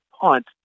punt